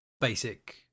basic